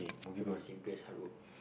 put it simply as hard work